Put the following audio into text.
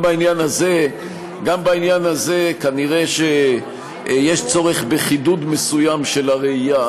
גם בעניין הזה נראה שיש צורך בחידוד מסוים של הראייה,